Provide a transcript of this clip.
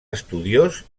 estudiós